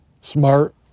smart